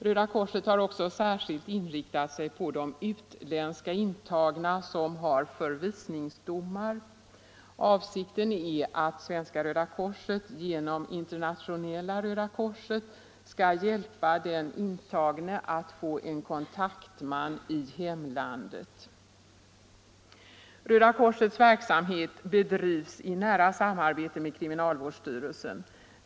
Röda korset har också särskilt inriktat sig på de utländska intagna som har förvisningsdomar. Avsikten är att Svenska röda korset genom Internationella röda korset skall hjälpa den intagne att få en kontaktman i hemlandet. Röda korsets verksamhet bedrivs i nära samarbete med kriminalvårdsstyrelsen.